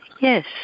Yes